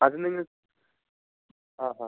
അത് നിങ്ങൾ ആ ആ